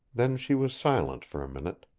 then she was silent for a minute.